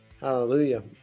Hallelujah